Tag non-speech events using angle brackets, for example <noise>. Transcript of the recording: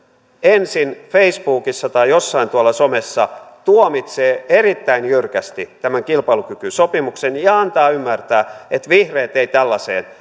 ensin facebookissa tai jossain tuolla somessa tuomitsee erittäin jyrkästi tämän kilpailukykysopimuksen ja antaa ymmärtää että vihreät eivät tällaiseen <unintelligible>